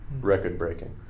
record-breaking